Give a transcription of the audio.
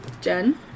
Jen